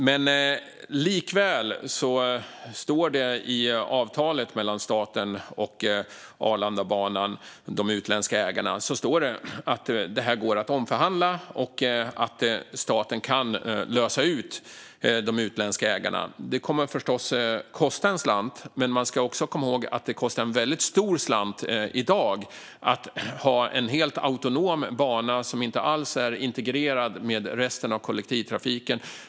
Men likväl står det i avtalet mellan staten och Arlandabanans utländska ägare att detta går att omförhandla och att staten kan lösa ut de utländska ägarna. Det kommer förstås att kosta en slant, men man ska också komma ihåg att det i dag kostar en väldigt stor slant att ha en helt autonom bana som inte alls är integrerad med resten av kollektivtrafiken.